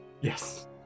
Yes